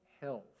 health